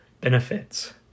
benefits